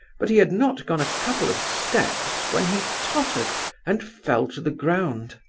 but he had not gone a couple of steps when he tottered and fell to the ground.